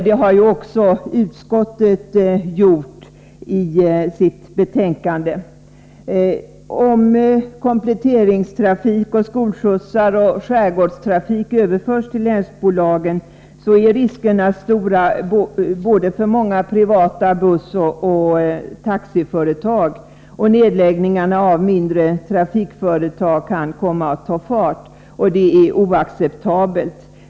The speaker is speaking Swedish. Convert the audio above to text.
Det har också utskottet gjort i sitt betänkande. Om kompletteringstrafik, skolskjutsar och skärgårdstrafik överförs till länsbolagen, är riskerna stora för många privata bussoch taxiföretag. Nedläggningarna av mindre trafikföretag kan komma att ta fart. Det är oacceptabelt.